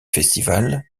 festival